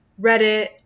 Reddit